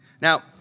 Now